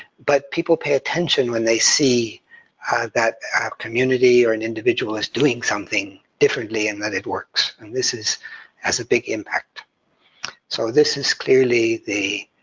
but people pay attention when they see that a community or and individual is doing something differently, and that it works, and this has a big impact so this is clearly the